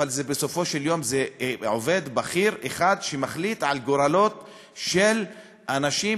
בסופו של יום זה עובד בכיר אחד שמחליט על גורלות של אנשים,